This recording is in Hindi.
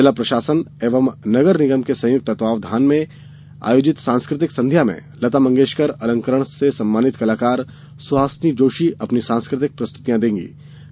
जिला प्रशासन एवं नगर निगम के संयुक्त तत्वावधान में आयोजित सांस्कृतिक संध्या में लता मंगेशकर अलंकरण से सम्मानित कलाकार सुहासिनी जोशी अपनी सांसकृतिक प्रस्तुति देंगीं